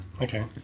Okay